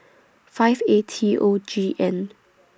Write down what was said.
five A T O G N